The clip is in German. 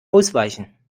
ausweichen